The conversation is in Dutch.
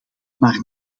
maar